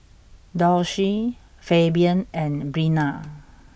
Dulce Fabian and Breana